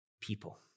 people